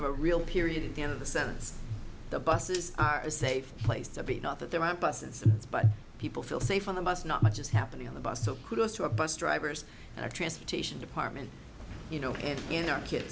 of a real period at the end of the sentence the buses are a safe place to be not that there aren't buses but people feel safe on the bus not much is happening on the bus so kudos to a bus drivers and a transportation department you know and